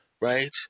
right